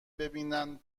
ببینن